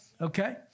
Okay